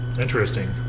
interesting